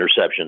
interceptions